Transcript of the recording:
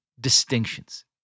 distinctions